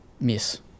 miss